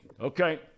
Okay